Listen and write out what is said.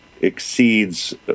exceeds